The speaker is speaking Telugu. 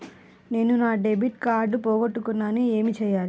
నేను నా డెబిట్ కార్డ్ పోగొట్టుకున్నాను ఏమి చేయాలి?